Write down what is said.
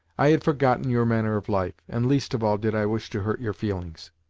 i had forgotten your manner of life, and least of all did i wish to hurt your feelings.